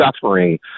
suffering